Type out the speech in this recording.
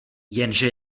jenže